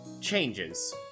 changes